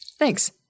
Thanks